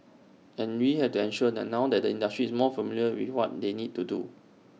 and we have to ensure that now the industry is more familiar with what they need to do